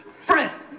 friend